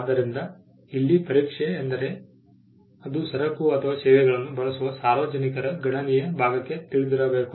ಆದ್ದರಿಂದ ಇಲ್ಲಿ ಪರೀಕ್ಷೆ ಎಂದರೆ ಅದು ಸರಕು ಅಥವಾ ಸೇವೆಗಳನ್ನು ಬಳಸುವ ಸಾರ್ವಜನಿಕರ ಗಣನೀಯ ಭಾಗಕ್ಕೆ ತಿಳಿದಿರಬೇಕು